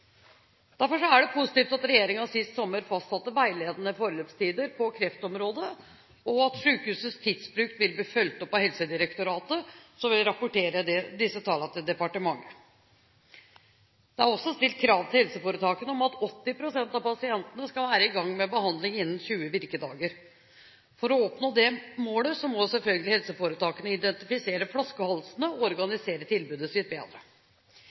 Derfor er det positivt at regjeringen sist sommer fastsatte veiledende forløpstider på kreftområdet, og at sykehusets tidsbruk vil bli fulgt opp av Helsedirektoratet, som vil rapportere disse tallene til departementet. Det er også stilt krav til helseforetakene om at 80 pst. av pasientene skal være i gang med behandling innen 20 virkedager. For å oppnå det målet må selvfølgelig helseforetakene identifisere flaskehalsene og organisere tilbudet sitt